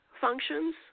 functions